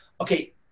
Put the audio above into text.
Okay